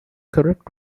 correct